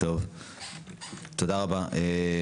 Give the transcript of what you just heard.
תודה רבה.